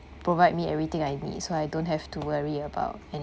provide me everything I need so I don't have to worry about